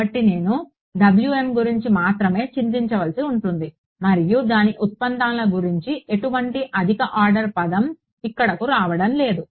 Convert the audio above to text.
కాబట్టి నేను గురించి మాత్రమే చింతించవలసి ఉంటుంది మరియు దాని ఉత్పన్నాల గురించి ఎటువంటి అధిక ఆర్డర్ పదం ఇక్కడకు రావడం లేదు